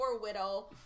widow